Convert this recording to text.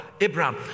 Abraham